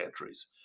batteries